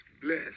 bless